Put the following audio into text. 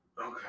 Okay